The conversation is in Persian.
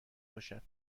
باشد